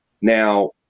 Now